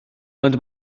ond